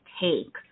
take